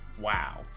wow